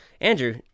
Andrew